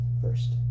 first